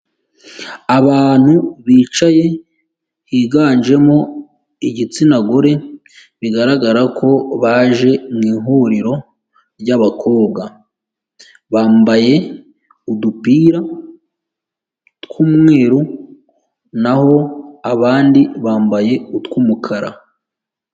Abantu bicaye higanjemo igitsina gore, bigaragara ko baje mu ihuriro ry'abakobwa, bambaye udupira tw'umweru n'aho abandi bambaye utw'umukara.